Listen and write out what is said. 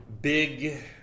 big